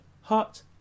hot